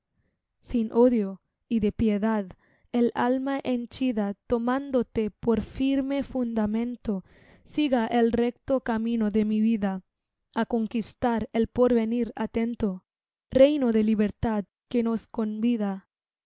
sin odio y de piedad el alma henchida tomándote por firme fundamento siga el recto camino de mi vida á conquistar el porvenir atento reino de libertad que nos convida